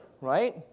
right